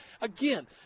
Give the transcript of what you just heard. again